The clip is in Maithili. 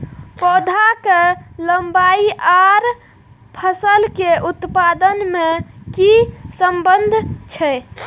पौधा के लंबाई आर फसल के उत्पादन में कि सम्बन्ध छे?